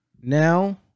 now